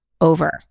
over